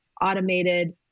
automated